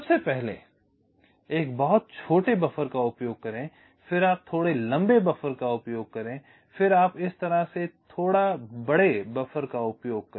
सबसे पहले एक बहुत छोटे बफर का उपयोग करें फिर आप थोड़े लंबे बफर का उपयोग करें फिर आप इस तरह से थोड़ा बड़े बफर का उपयोग करें